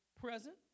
present